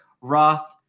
Roth